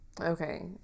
Okay